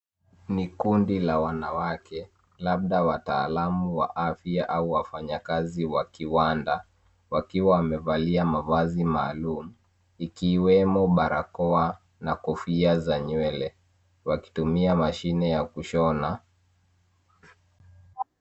Ni kundi la wanawake labda wataalamu wa afya au wafanyakazi wa kiwanda, wakiwa wamevalia mavazi maalum, ikiwemo barakoa na kofia za nywele, wakitumia mashine ya kushona.